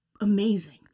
amazing